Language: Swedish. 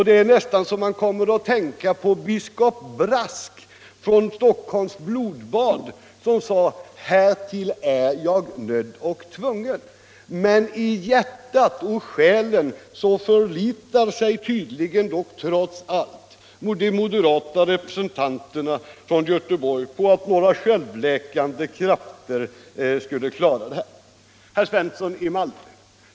Det är nästan så att man kommer att tänka på biskop Brask från tiden för Stockholms blodbad, som sade: ”Härtill är jag nödd och tvungen.” Men i hjärtat och själen förlitar sig tydligen trots allt de moderata representanterna från Göteborg på att några självläkande krafter skulle klara detta. Herr Svensson i Malmö!